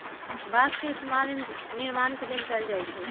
बास के इस्तेमाल निर्माण के लेल कएल जाई छई